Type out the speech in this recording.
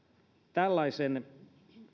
tällaisen